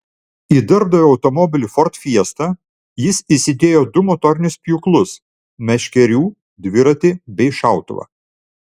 į darbdavio automobilį ford fiesta jis įsidėjo du motorinius pjūklus meškerių dviratį bei šautuvą